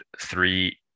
three